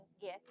gift